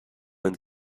and